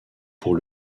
pour